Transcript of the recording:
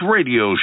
Radio